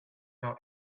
not